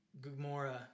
Gugmora